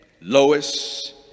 Lois